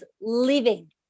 living